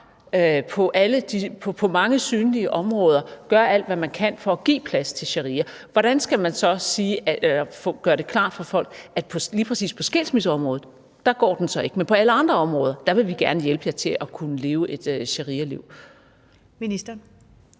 på mange synlige områder gør alt, hvad man kan, for at give plads til sharia. Hvordan skal man så gøre det klart for folk, at lige præcis på skilsmisseområdet går den så ikke, men på alle andre områder vil vi gerne hjælpe dem til at kunne leve et sharialiv? Kl.